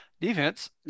defense